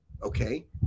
okay